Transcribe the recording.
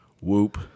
Whoop